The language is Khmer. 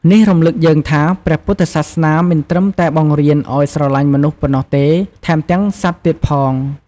នេះរំឭកយើងថា ព្រះពុទ្ធសាសនាមិនត្រឹមតែបង្រៀនឱ្យស្រលាញ់មនុស្សប៉ុណ្ណោះទេ ថែមទាំងសត្វទៀតផង។